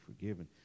forgiven